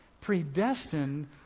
Predestined